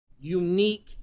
unique